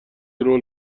رول